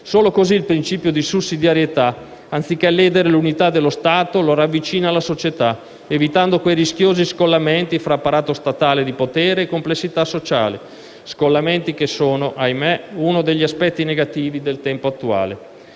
Solo così il principio di sussidiarietà, anziché ledere l'unità dello Stato, lo ravvicina alla società evitando quei rischiosi scollamenti fra apparato statale di potere e complessità sociale; scollamenti che sono - ahimè - uno degli aspetti negativi del tempo attuale.